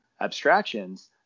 abstractions